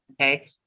Okay